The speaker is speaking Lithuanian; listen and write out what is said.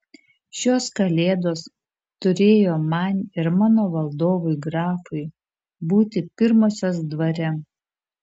šios kalėdos turėjo man ir mano valdovui grafui būti pirmosios dvare